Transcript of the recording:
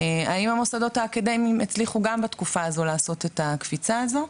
היום המוסדות האקדמיים הצליחו גם בתקופה הזו לעשות את הקפיצה הזו,